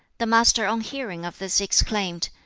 the master on hearing of this exclaimed,